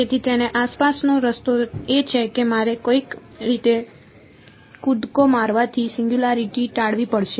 તેથી તેની આસપાસનો રસ્તો એ છે કે મારે કોઈક રીતે કૂદકો મારવાથી સિંગયુંલારીટી ટાળવી પડશે